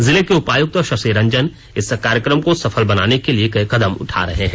जिले के उपायुक्त शशिरंजन इस कार्यक्रम को सफल बनाने के लिए कई कदम उठा रहे हैं